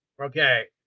okay